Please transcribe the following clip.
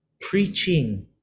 preaching